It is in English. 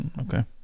Okay